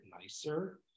nicer